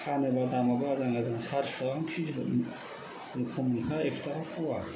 फानोबा दामाबो आजां गाजां सारिस' टाका गाहाम किजि मोनो खमनिफ्रा एक्स' टाका फवा